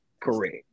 correct